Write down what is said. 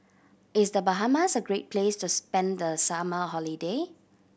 is The Bahamas a great place to spend the summer holiday